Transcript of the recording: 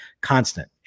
constant